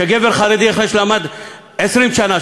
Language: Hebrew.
שגבר חרדי שלמד 20 שנה,